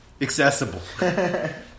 accessible